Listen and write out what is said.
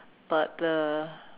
but the